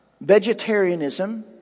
vegetarianism